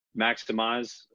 maximize